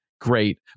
great